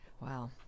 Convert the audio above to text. Wow